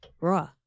Raw